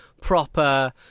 proper